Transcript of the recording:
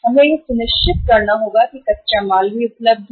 हमें यह सुनिश्चित करना होगा कि कच्चा माल भी उपलब्ध हो